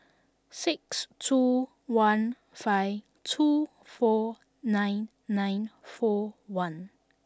six two one five two four nine nine four one